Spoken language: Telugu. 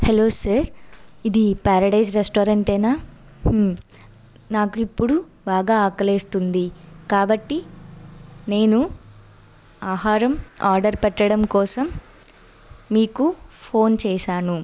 హలో సార్ ఇది ప్యారడైజ్ రెస్టారెంటేనా నాకు ఇప్పుడు బాగా ఆకలి వేస్తుంది కాబట్టి నేను ఆహారం ఆర్డర్ పెట్టడం కోసం మీకు ఫోన్ చేశాను